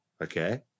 okay